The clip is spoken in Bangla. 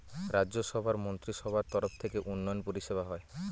রাজ্য সভার মন্ত্রীসভার তরফ থেকে উন্নয়ন পরিষেবা হয়